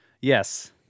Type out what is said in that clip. Yes